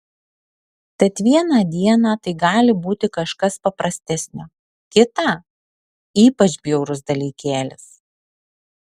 tad vieną dieną tai gali būti kažkas paprastesnio kitą ypač bjaurus dalykėlis